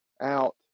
out